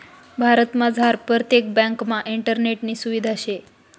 भारतमझार परतेक ब्यांकमा इंटरनेटनी सुविधा शे